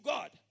God